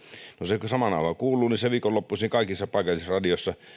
no se sama nauha kuuluu viikonloppuisin kaikissa paikallisradioissa